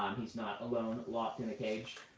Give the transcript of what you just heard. he's not alone, locked in a cage.